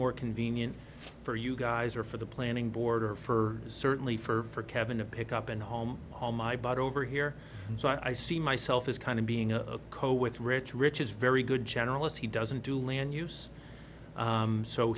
more convenient for you guys or for the planning board or for certainly for kevin to pick up and home home i bought over here so i see myself as kind of being a co with rich rich is very good generalist he doesn't do